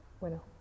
Bueno